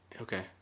Okay